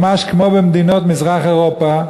ממש כמו במדינות מזרח-אירופה.